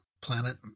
planet